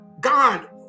God